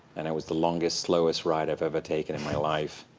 and it was the longest, slowest ride i've ever taken in my life.